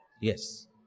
Yes